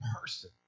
person